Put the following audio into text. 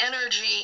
energy